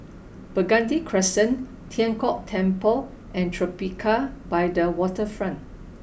Burgundy Crescent Tian Kong Temple and Tribeca by the Waterfront